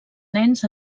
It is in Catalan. nens